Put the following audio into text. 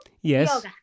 Yes